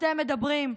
אתם מדברים?